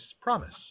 promise